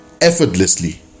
effortlessly